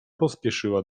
pośpieszyła